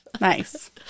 nice